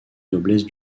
noblesse